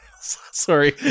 Sorry